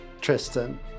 Tristan